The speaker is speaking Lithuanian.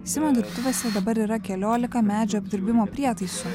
simo dirbtuvėse dabar yra keliolika medžio apdirbimo prietaisų